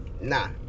Nah